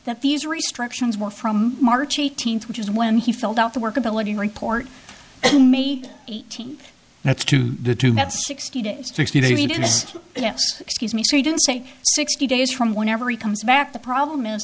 that these restrictions were from march eighteenth which is when he filled out the workability report and made eighteen that's the two that's sixty to sixty days excuse me so he didn't say sixty days from whenever he comes back the problem is